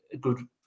good